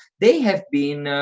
they have been,